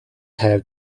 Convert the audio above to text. have